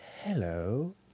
hello